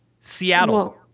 Seattle